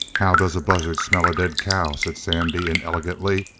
how does a buzzard smell a dead cow? said sandy inelegantly.